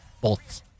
bolts